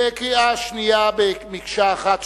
להצבעה בקריאה שנייה במקשה אחת,